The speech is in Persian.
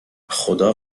خدا